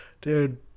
dude